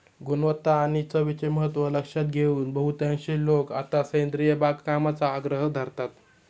गुणवत्ता आणि चवीचे महत्त्व लक्षात घेऊन बहुतांश लोक आता सेंद्रिय बागकामाचा आग्रह धरतात